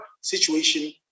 situation